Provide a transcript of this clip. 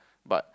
but